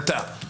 עלתה.